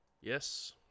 Yes